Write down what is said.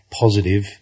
positive